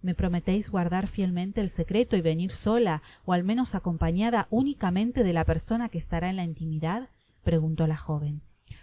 me prometeis guardar fielmente el secreto y venir sola ó al menos acompañada únicamente de la persona que estará en la intimidad preguntó la joven